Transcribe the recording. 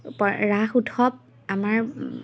ৰাস উৎসৱ আমাৰ